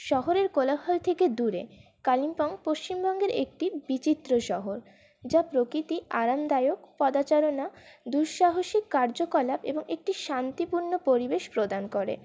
শহরের কোলাহল থেকে দূরে কালিম্পং পশ্চিমবঙ্গের একটি বিচিত্র শহর যা প্রকৃতি আরামদায়ক পদাচারনা দুঃসাহসিক কার্যকলাপ এবং একটি শান্তিপূর্ণ পরিবেশ প্রদান করে